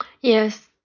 Yes